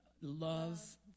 Love